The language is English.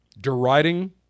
deriding